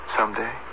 Someday